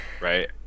right